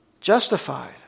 justified